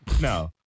No